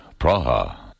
Praha